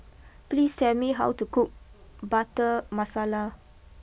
please tell me how to cook Butter Masala